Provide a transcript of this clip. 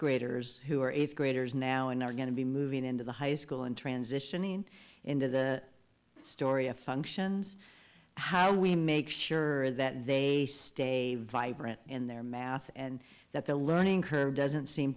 graders who are eighth graders now and are going to be moving into the high school and transitioning into the story of functions how we make sure that they stay vibrant in their math and that the learning curve doesn't see